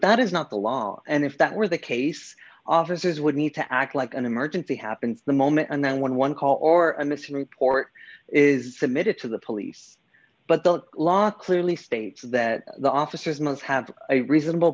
that is not the law and if that were the case officers would need to act like an emergency happens the moment and then when one call or a missing report is submitted to the police but the law clearly states that the officers must have a reasonable